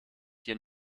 hier